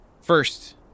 First